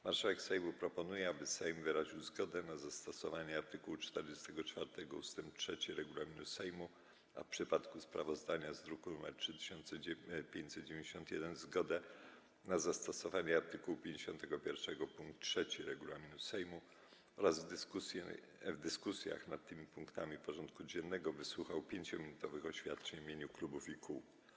Marszałek Sejmu proponuje, aby Sejm wyraził zgodę na zastosowanie art. 44 ust. 3 regulaminu Sejmu, a w przypadku sprawozdania z druku nr 3591 zgodę na zastosowanie art. 51 pkt 3 regulaminu Sejmu oraz w dyskusjach nad tymi punktami porządku dziennego wysłuchał 5-minutowych oświadczeń w imieniu klubów i kół.